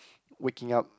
waking up